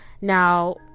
Now